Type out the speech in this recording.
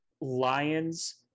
lions